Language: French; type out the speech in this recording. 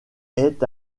est